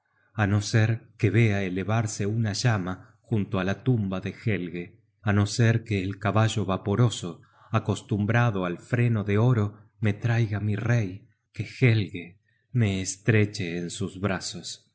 á no ser que vea elevarse una llama junto á la tumba de helge á no ser que el caballo vaporoso acostumbrado al freno de oro me traiga mi rey que helge me estreche en sus brazos